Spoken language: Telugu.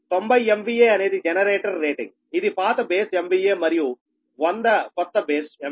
90 MVA అనేది జనరేటర్ రేటింగ్ ఇది పాత బేస్ MVA మరియు 100 కొత్త బేస్ MVA